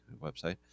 website